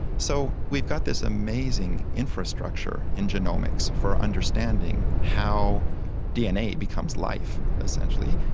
so we've got this amazing infrastructure in genomics for understanding how dna becomes life, essentially.